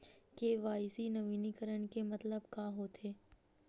KYC नवीनीकरण के मतलब का होथे?